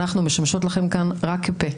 אנחנו משמשות לכן כאן רק כפה.